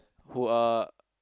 who are